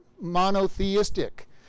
monotheistic